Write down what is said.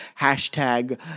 hashtag